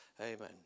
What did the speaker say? Amen